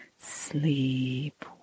sleep